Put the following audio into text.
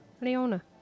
Leona